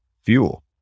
fuel